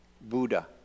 Buddha